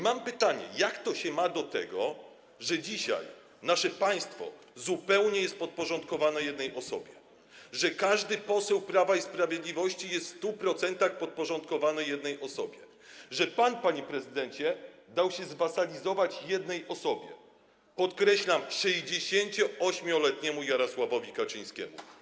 Mam pytanie, jak to się ma do tego, że dzisiaj nasze państwo jest zupełnie podporządkowane jednej osobie, że każdy poseł Prawa i Sprawiedliwości jest w 100% podporządkowany jednej osobie, że pan, panie prezydencie, dał się zwasalizować jednej osobie, podkreślam, 68-letniemu Jarosławowi Kaczyńskiemu.